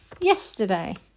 Yesterday